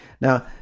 now